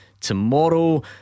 tomorrow